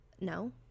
No